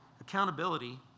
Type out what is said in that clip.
Accountability